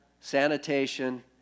sanitation